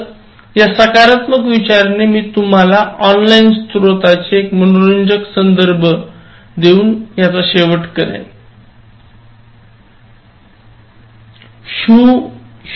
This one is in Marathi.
तर या सकारात्मक विचाराने मी तुम्हाला ऑनलाइन स्त्रोताचा एक मनोरंजक संदर्भ देऊन याचा शेवट करेन